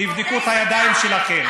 תבדקו את הידיים שלכם,